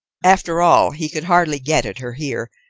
after all, he could hardly get at her here,